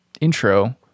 intro